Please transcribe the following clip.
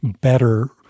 better